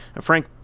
Frank